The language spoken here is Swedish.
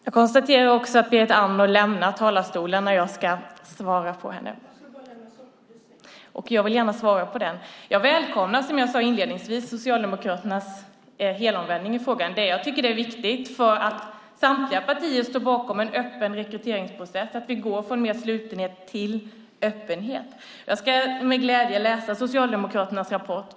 Fru talman! Jag konstaterar att Berit Andnor lämnar talarstolen när jag ska svara henne. Jag välkomnar, som jag sade inledningsvis, Socialdemokraternas helomvändning i frågan. Jag tycker att det är viktigt att samtliga partier står bakom en öppen rekryteringsprocess och att vi går från slutenhet till mer öppenhet. Jag ska med glädje läsa Socialdemokraternas rapport.